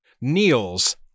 kneels